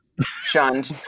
shunned